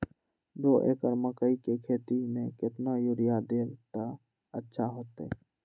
दो एकड़ मकई के खेती म केतना यूरिया देब त अच्छा होतई?